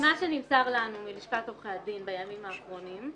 ממה שנמסר לנו מלשכת עורכי הדין בימים האחרונים,